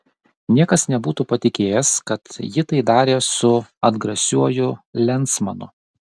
niekas nebūtų patikėjęs kad ji tai darė su atgrasiuoju lensmanu